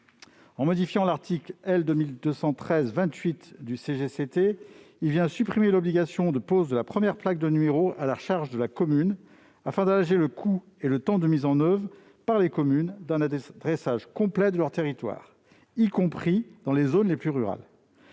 territoriales (CGCT), il vise à supprimer l'obligation de pose de la première plaque de numéro à la charge de la commune, afin d'alléger le coût et le temps de mise en oeuvre par les communes d'un adressage complet de leur territoire, y compris dans les zones les plus rurales.